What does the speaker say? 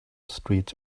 streets